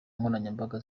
nkoranyambaga